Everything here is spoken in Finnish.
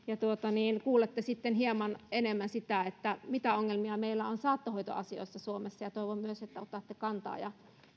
kuulette sitten hieman enemmän siitä mitä ongelmia meillä on saattohoitoasioissa suomessa ja toivon myös että otatte kantaa ja